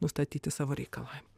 nustatyti savo reikalavimą